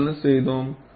நாம் என்ன செய்தோம்